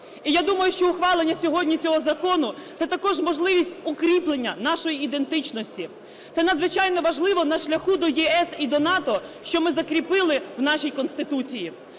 І я думаю, що ухвалення сьогодні цього закону – це також можливість укріплення нашої ідентичності. Це надзвичайно важливо на шляху до ЄС і до НАТО, що ми закріпили в нашій Конституції.